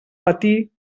patir